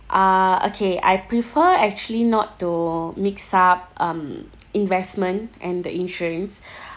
uh okay I prefer actually not to mix up um investment and the insurance